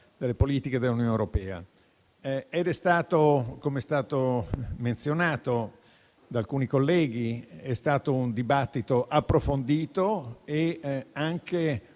le politiche dell'Unione europea). Come è stato menzionato da alcuni colleghi, è stato un dibattito approfondito e anche